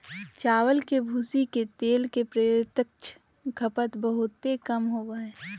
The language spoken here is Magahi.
चावल के भूसी के तेल के प्रत्यक्ष खपत बहुते कम हइ